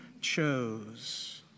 chose